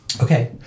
Okay